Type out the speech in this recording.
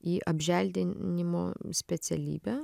į apželdinimo specialybę